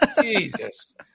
Jesus